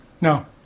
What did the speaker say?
No